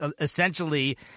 essentially